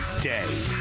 day